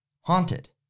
haunted